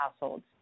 households